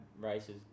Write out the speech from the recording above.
races